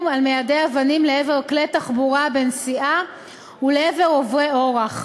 על מיידי אבנים לעבר כלי תחבורה בנסיעה ולעבר עוברי אורח.